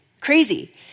crazy